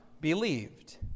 believed